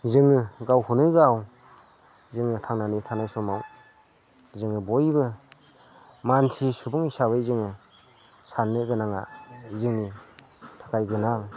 जोङो गावखौनो गाव जोङो थांनानै थानाय समाव जोङो बयबो मानसि सुबुं हिसाबै जोङो साननो गोनाङा जोंनि थाखाय गोनां